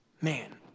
Man